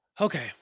Okay